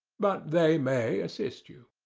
but they may assist you.